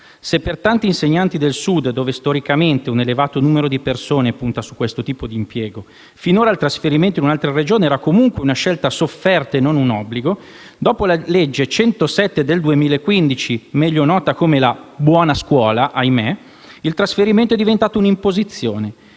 Se per tanti insegnanti del Sud, dove storicamente un elevato numero di persone punta su questo tipo di impiego, finora il trasferimento in un'altra Regione era comunque una scelta sofferta e non un obbligo, dopo la legge n. 107 del 2015, meglio nota come la buona scuola - ahimè - il trasferimento è diventato un'imposizione.